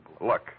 Look